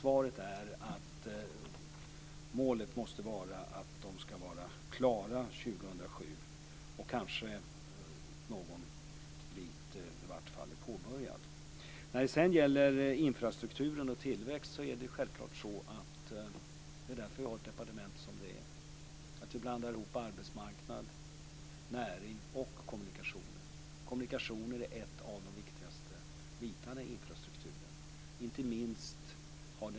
Svaret är att målet måste vara att de måste vara klara 2007 och kanske en del i varje fall påbörjat. När det sedan gäller infrastruktur och tillväxt är det just sambandet som gör att vi har ett departement som det är, att vi blandar ihop arbetsmarknad, näring och kommunikationer. Kommunikationer är en av de viktigaste bitarna i infrastrukturen.